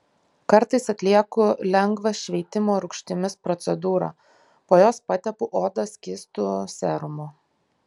kartais atlieku lengvą šveitimo rūgštimis procedūrą po jos patepu odą skystu serumu